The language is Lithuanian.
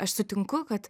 aš sutinku kad